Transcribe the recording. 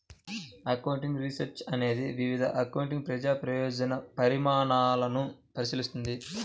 accounting research అనేది వివిధ accounting ప్రజా ప్రయోజన పరిణామాలను పరిశీలిస్తుంది